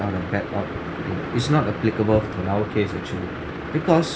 or a bad art it's not applicable in our case actually because